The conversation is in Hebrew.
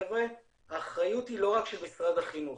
חבר'ה, האחריות היא לא רק של משרד החינוך.